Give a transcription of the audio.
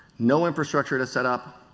no infrastructure to set up,